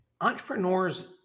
Entrepreneurs